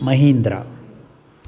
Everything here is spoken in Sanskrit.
महीन्द्रा